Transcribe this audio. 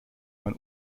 man